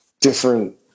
different